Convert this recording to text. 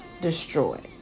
destroyed